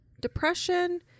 depression